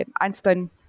Einstein